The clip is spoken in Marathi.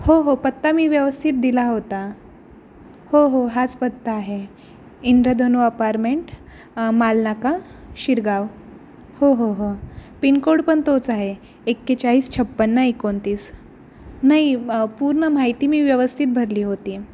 हो हो पत्ता मी व्यवस्थित दिला होता हो हो हाच पत्ता आहे इंद्रधनू अपारमेंट माल नाका शिरगाव हो हो हो पिनकोड पण तोच आहे एकेचाळीस छप्पन्न एकोणतीस नाही पूर्ण माहिती मी व्यवस्थित भरली होती